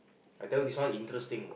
I tell you this one interesting